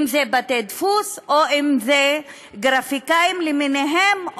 אם זה בתי-דפוס או אם זה גרפיקאים למיניהם,